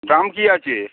দাম কী আছে